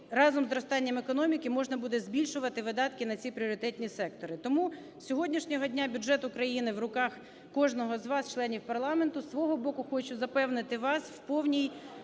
разом із зростанням економіки можна буде збільшувати видатки на ці пріоритетні сектори. Тому з сьогоднішнього дня бюджет України в руках кожного з вас, членів парламенту. Зі свого боку, хочу запевнити вас в повній